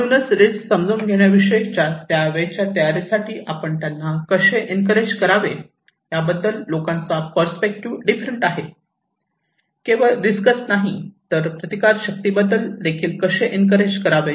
म्हणूनच रिस्क समजून घेण्याविषयी त्यावेळच्या तयारीसाठी आपण त्यांना कसे एनकरेज करावे याबद्दल लोकांचा पर्स्पेक्टिव्ह डिफरंट आहे केवळ रिस्क नाही तर प्रतिकारशक्ती बद्दल देखील कसे एनकरेज करावे